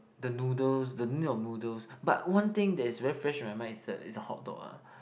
the noodles the name of noodles but one thing that is very fresh on my mind is a is a hot dog ah